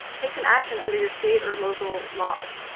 take some action under your state or local laws.